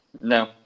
No